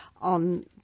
on